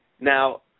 Now